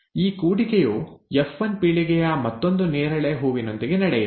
ಈ ಕೂಡಿಕೆಯು ಎಫ್1 ಪೀಳಿಗೆಯ ಮತ್ತೊಂದು ನೇರಳೆ ಹೂವಿನೊಂದಿಗೆ ನಡೆಯಿತು